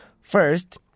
First